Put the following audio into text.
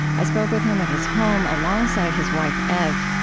i spoke with him at his home alongside his wife, ev.